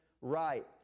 right